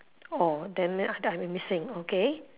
orh then that after I missing okay